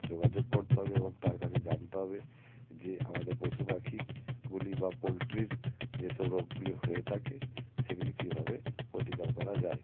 যোগাযোগ করতে হবে এবং তার কাছে জানতে হবে যে আমাদের পশু পাখি গুলি বা পোলট্রির যে সব রোগগুলি হয়ে থাকে সেগুলি কীভাবে প্রতিকার করা যায়